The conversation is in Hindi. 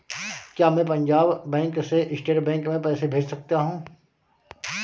क्या मैं पंजाब बैंक से स्टेट बैंक में पैसे भेज सकता हूँ?